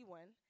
one